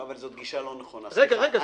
אבל זאת גישה לא נכונה, סליחה.